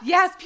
Yes